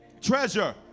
Treasure